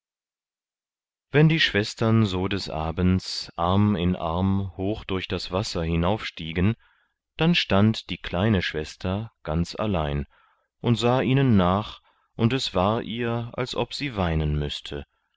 wenn die schwestern so des abends arm in arm hoch durch das wasser hinauf stiegen dann stand die kleine schwester ganz allein und sah ihnen nach und es war ihr als ob sie weinen müßte